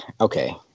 okay